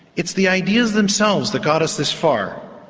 it's the ideas themselves that got us this far,